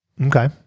Okay